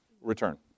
return